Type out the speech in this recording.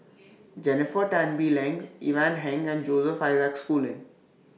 Jennifer Tan Bee Leng Ivan Heng and Joseph Isaac Schooling